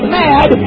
mad